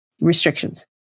restrictions